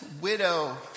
widow